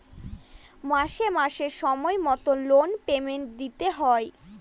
মাসে মাসে সময় মতো লোন পেমেন্ট দিতে হয়